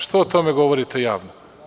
Što o tome govorite javno?